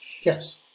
Yes